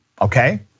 okay